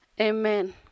Amen